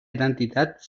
identitat